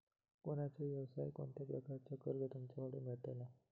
कोणत्या यवसाय कोणत्या प्रकारचा कर्ज तुमच्याकडे मेलता?